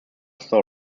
saw